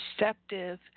receptive